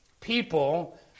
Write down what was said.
people